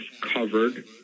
covered